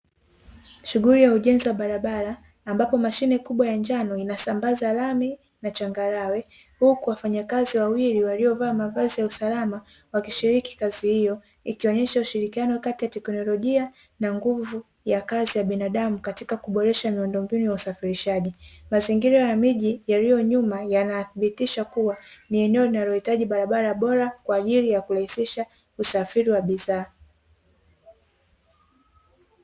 Shughuli ya ujenzi wa barabara, ambapo mashine kubwa ya njano inasambaza lami na changarawe, huku wafanyakazi wawili waliovalia mavazi ya usalama wakishiriki kazi hiyo, wakionyesha ushirikiano kati ya teknolojia na nguvu ya kazi ya binadamu katika kuboresha miundo mbinu ya usafirishaji. Mazingira ya miji yaliyo nyuma yanathibitisha kuwa ni eneo linalohitaji barabara bora kwa ajili ya kurahisisha usafirishaji wa bidhaa.